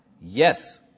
Yes